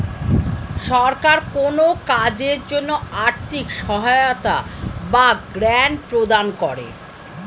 সরকার কোন কাজের জন্য আর্থিক সহায়তা বা গ্র্যান্ট প্রদান করে